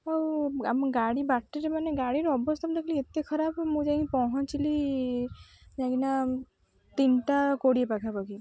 ଆଉ ଆମ ଗାଡ଼ି ବାଟରେ ମାନେ ଗାଡ଼ିର ଅବସ୍ଥା ମୁଁ ଦେଖିଲି ଏତେ ଖରାପ୍ ମୁଁ ଯାଇକି ପହଁଞ୍ଚିଲି ଯାଇଁକିନା ତିନିଟା କୋଡ଼ିଏ ପାଖାପାଖି